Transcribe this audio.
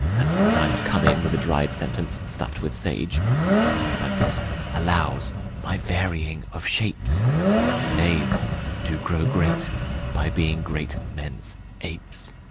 and sometimes come in with a dried sentence, stuffed with sage but this allows my varying of shapes knaves do grow great by being great men's apes.